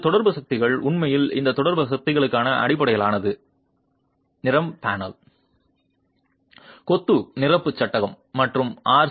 இந்த தொடர்பு சக்திகள் உண்மையில் இந்த தொடர்பு சக்திகளுக்கான அடிப்படையானது நிரப்பு பேனல் கொத்து நிரப்பு சட்டகம் மற்றும் ஆர்